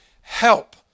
help